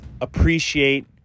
appreciate